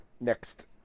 next